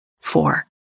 four